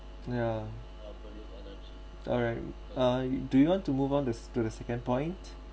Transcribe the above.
yeah alright uh do you want to move on this to the second point